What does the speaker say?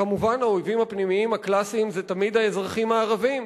כמובן האויבים הפנימיים הקלאסיים זה תמיד האזרחים הערבים,